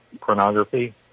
pornography